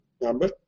number